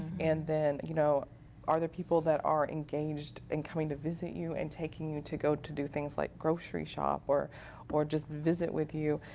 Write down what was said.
and then you know are the people that are engaged in coming to visit you and taking you to go do things like grocery shop, or or just visit with you,